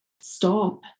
stop